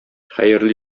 хәерле